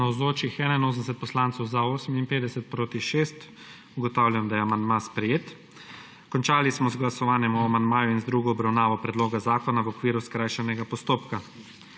6. (Za je glasovalo 58.) (Proti 6.) Ugotavljam, da je amandma sprejet. Končali smo z glasovanjem o amandmaju in z drugo obravnavo predloga zakona v okviru skrajšanega postopka.